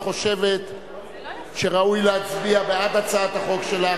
חושבת שראוי להצביע בעד הצעת החוק שלך,